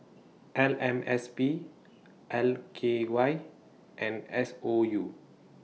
F M S P L K Y and S O U